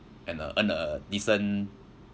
and uh earn a decent